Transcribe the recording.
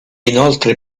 inoltre